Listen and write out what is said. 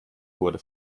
wurde